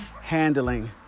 handling